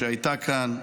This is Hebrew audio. שהייתה כאן,